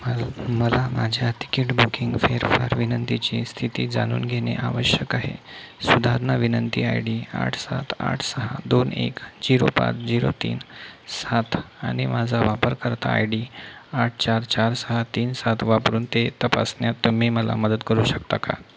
मल मला माझ्या तिकीट बुकिंग फेरफार विनंतीची स्थिती जाणून घेणे आवश्यक आहे सुधारणा विनंती आय डी आठ सात आठ सहा दोन एक झिरो पाच जिरो तीन सात आणि माझा वापरकर्ता आय डी आठ चार चार सहा तीन सात वापरून ते तपासण्यात तुम्ही मला मदत करू शकता का